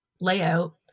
layout